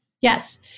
Yes